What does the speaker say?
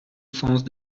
sens